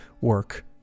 work